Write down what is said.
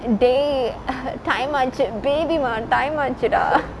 dey uh time ஆச்சு:aachu baby மா:maa time ஆச்சுடா:aachudaa